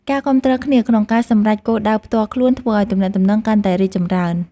ការគាំទ្រគ្នាក្នុងការសម្រេចគោលដៅផ្ទាល់ខ្លួនធ្វើឱ្យទំនាក់ទំនងកាន់តែរីកចម្រើន។